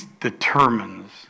determines